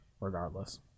regardless